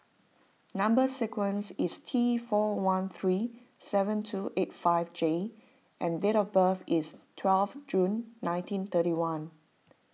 Number Sequence is T four one three seven two eight five J and date of birth is twelve June nineteen thirty one